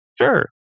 Sure